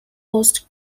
post